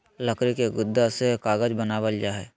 लकड़ी के गुदा से कागज बनावल जा हय